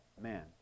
man